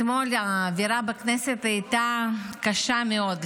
אתמול האווירה בכנסת הייתה קשה מאוד,